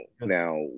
now